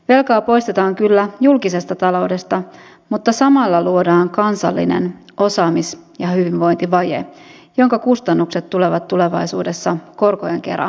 velkaa poistetaan kyllä julkisesta taloudesta mutta samalla luodaan kansallinen osaamis ja hyvinvointivaje jonka kustannukset tulevat tulevaisuudessa korkojen kera maksettavaksi